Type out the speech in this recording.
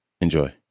enjoy